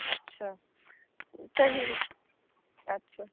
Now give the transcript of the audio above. अछा त हीउ अछा